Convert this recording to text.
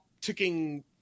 ticking